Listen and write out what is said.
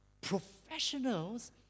professionals